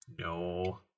No